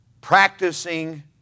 practicing